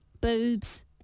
boobs